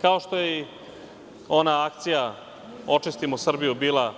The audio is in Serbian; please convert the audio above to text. Kao što je i ona akcija „Očistimo Srbiju“ bila